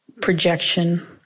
projection